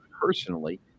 personally